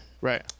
Right